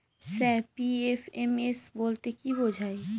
Sir PFMS বলতে কি বোঝায়?